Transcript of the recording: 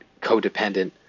codependent